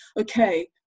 okay